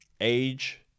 age